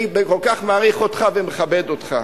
אני כל כך מעריך אותך ומכבד אותך,